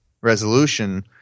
resolution